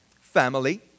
family